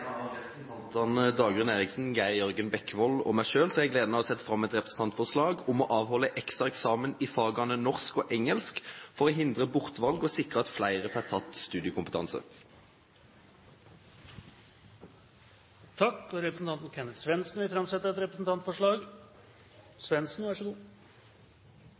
av representantene Dagrun Eriksen, Geir Jørgen Bekkevold og meg selv har jeg gleden av å sette fram et representantforslag om å avholde ekstra eksamen i fagene norsk og engelsk for å hindre bortvalg og sikre at flere får tatt studiekompetanse. Representanten Kenneth Svendsen vil framsette et representantforslag.